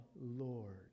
Lord